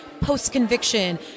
post-conviction